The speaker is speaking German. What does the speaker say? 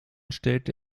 stellte